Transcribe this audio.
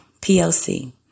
PLC